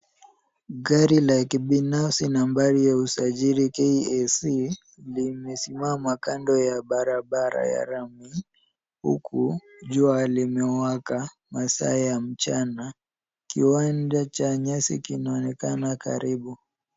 Gari la kibinafsi nambari ya usajili KAS limesimama kando ya barabara ya lami. Huku jua limewaka masaa ya mchana . Kiwanja cha nyasi kinaonekana karibu.